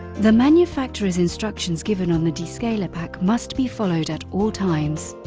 the manufacturer's instructions given on the descaler pack must be followed at all times.